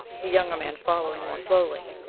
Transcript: the younger man following more slowly.